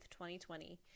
2020